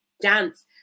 Dance